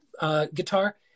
guitar